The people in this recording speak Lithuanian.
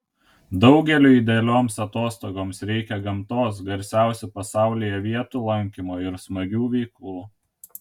daugeliui idealioms atostogoms reikia gamtos garsiausių pasaulyje vietų lankymo ir smagių veiklų